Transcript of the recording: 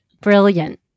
Brilliant